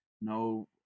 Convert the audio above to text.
no